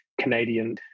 Canadian